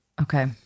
Okay